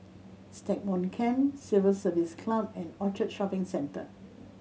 Stagmont Camp Civil Service Club and Orchard Shopping Centre